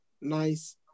nice